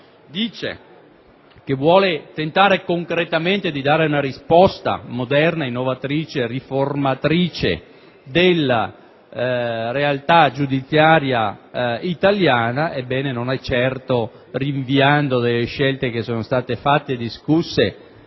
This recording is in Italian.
dice che vuole tentare concretamente di dare una risposta moderna, innovatrice, riformatrice della realtà giudiziaria italiana, non lo fa certamente rinviando delle scelte operate e discusse.